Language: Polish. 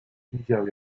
widział